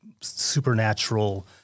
supernatural